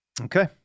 Okay